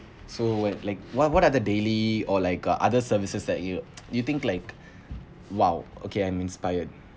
so when like what what other daily or like uh other services that you you think like !wow! okay I'm inspired